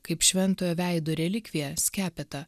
kaip šventojo veido relikviją skepetą